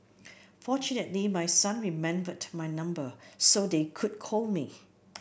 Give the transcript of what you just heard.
fortunately my son remembered my number so they could call me